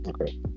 Okay